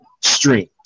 streams